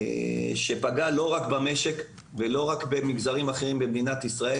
שפגעה לא רק במשק ולא רק במגזרים אחרים במדינת ישראל